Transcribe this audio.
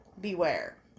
beware